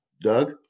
Doug